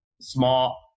small